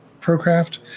Procraft